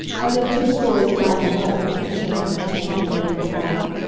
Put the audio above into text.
i live two stories down below, she announced, handing him a little card.